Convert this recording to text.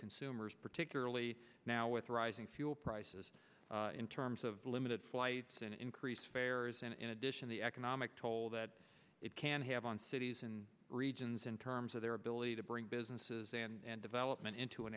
consumers particularly now with rising fuel prices in terms of limited flights an increase fares and in addition the economic toll that it can have on cities and regions in terms of their ability to bring businesses and development into an